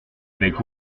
avec